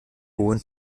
hohen